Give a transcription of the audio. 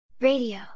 Radio